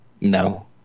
no